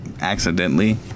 accidentally